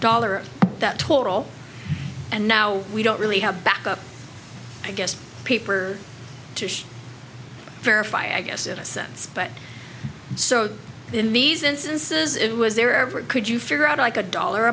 dollar that total and now we don't really have a backup i guess peeper to verify i guess in a sense but so in these instances it was there ever could you figure out like a dollar